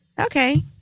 Okay